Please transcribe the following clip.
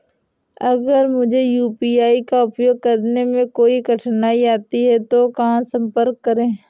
अगर मुझे यू.पी.आई का उपयोग करने में कोई कठिनाई आती है तो कहां संपर्क करें?